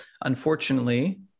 Unfortunately